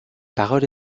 paroles